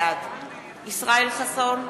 בעד ישראל חסון,